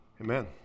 Amen